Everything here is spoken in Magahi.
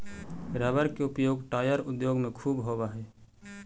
रबर के उपयोग टायर उद्योग में ख़ूब होवऽ हई